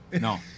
No